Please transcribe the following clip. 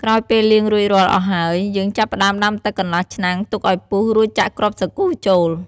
ក្រោយពេលលាងរួចរាល់អស់ហើយ យើងចាប់ផ្ដើមដាំទឹកកន្លះឆ្នាំង ទុកឱ្យពុះ រួចចាក់គ្រាប់សាគូចូល។